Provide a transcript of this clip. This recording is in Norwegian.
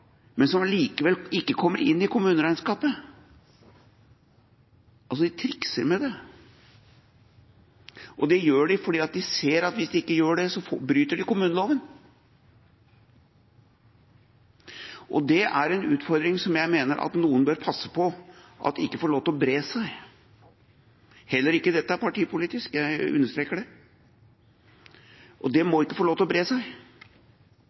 men som allikevel ikke kommer inn i kommuneregnskapet – de trikser altså med det. Det gjør de fordi de ser at hvis de ikke gjør det, bryter de kommuneloven. Det er en utfordring som jeg mener at noen bør passe på at ikke får lov til å bre seg. Heller ikke dette er partipolitisk – jeg understreker det. Dette må ikke få lov til å bre seg,